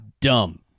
dumb